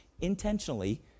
intentionally